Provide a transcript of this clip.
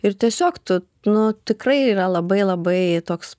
ir tiesiog tu nu tikrai yra labai labai toks